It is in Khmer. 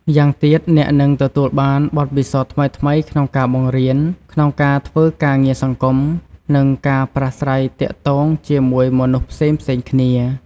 ម្យ៉ាងទៀតអ្នកនឹងទទួលបានបទពិសោធន៍ថ្មីៗក្នុងការបង្រៀន ក្នុងការធ្វើការងារសង្គម និងការប្រាស្រ័យទាក់ទងជាមួយមនុស្សផ្សេងៗគ្នា។